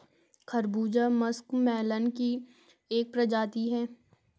खरबूजा मस्कमेलन की एक प्रजाति है